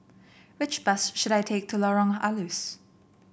which bus should I take to Lorong Halus